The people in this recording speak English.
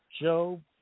Job